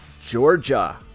Georgia